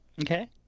Okay